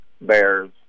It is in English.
Bears